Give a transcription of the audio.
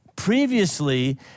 previously